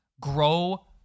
Grow